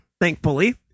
thankfully